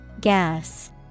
Gas